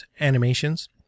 animations